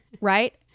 right